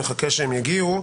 נחכה שהם יגיעו.